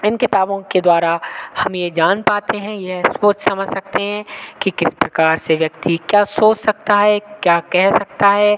इन किताबों के द्वारा हम ये जान पाते हैं यह सोच समझ सकते हैं कि किस प्रकार से व्यक्ति क्या सोच सकता है क्या कह सकता है